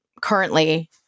currently